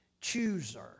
chooser